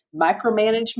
micromanagement